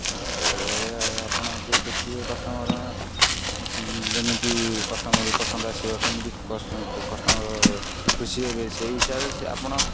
ସେଇଭଳିଆ ଆପଣ ଟିକେ ଦେଖିବେ କଷ୍ଟମର କେମିତି କଷ୍ଟମରକୁ ପସନ୍ଦ ଆସିବ କେମିତି କଷ୍ଟମର ଖୁସି ହେବେ ସେଇ ହସାବରେ ସେ ଆପଣ